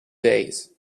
days